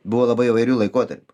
buvo labai įvairių laikotarpių